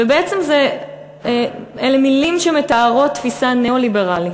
ובעצם אלה מילים שמתארות תפיסה ניאו-ליברלית,